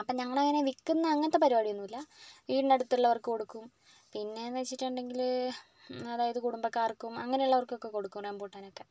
അപ്പം ഞങ്ങളതിനെ വിൽക്കുന്ന അങ്ങനത്തെ പരിപാടിയൊന്നുമില്ല വീടിനടുത്തുള്ളവർക്കു കൊടുക്കും പിന്നേന്ന് വെച്ചിട്ടുണ്ടെങ്കില് അതായത് കുടുംബക്കാർക്കും അങ്ങനെയുള്ളവർക്കൊക്കെ കൊടുക്കും റംബൂട്ടാനൊക്കെ